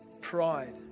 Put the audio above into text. pride